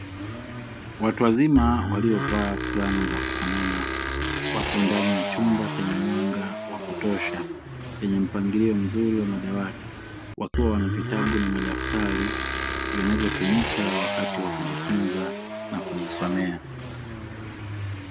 Watu wazima waliyovaa fulana za kufanana wapo ndani ya chumba chenye mwanga wa kutosha chenye mpangilio mzuri wa madawati, wakiwa wana vitabu na madaftari vinavyotumika wakati wa kujifunza na kujisomea.